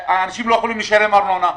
אנשים לא יכולים לשלם ארנונה.